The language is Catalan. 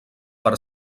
per